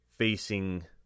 facing